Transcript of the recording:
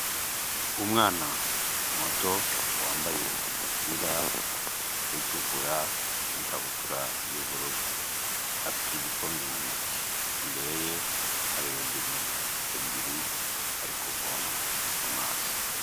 Umwana muto wambaye umupira utukura n'ikabutura y'ubururu, afite igikombe mu ntoki, imbere ye hari robine ebyiri, ari kuvoma amazi.